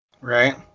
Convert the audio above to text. right